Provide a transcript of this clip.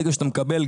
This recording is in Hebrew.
ברגע שאתה מקבל,